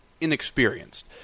inexperienced